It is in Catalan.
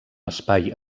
espai